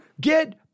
get